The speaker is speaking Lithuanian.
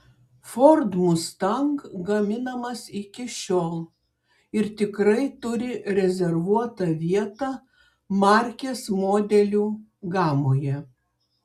ford mustang gaminamas iki šiol ir tikrai turi rezervuotą vietą markės modelių gamoje